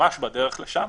ממש בדרך לשם.